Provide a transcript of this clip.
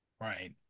Right